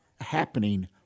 happening